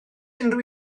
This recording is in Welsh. unrhyw